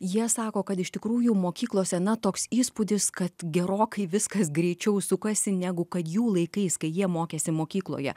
jie sako kad iš tikrųjų mokyklose na toks įspūdis kad gerokai viskas greičiau sukasi negu kad jų laikais kai jie mokėsi mokykloje